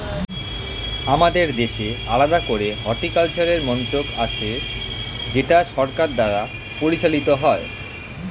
আমাদের দেশে আলাদা করে হর্টিকালচারের মন্ত্রক আছে যেটা সরকার দ্বারা পরিচালিত হয়